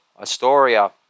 Astoria